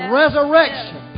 resurrection